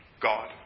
God